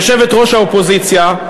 יושבת-ראש האופוזיציה,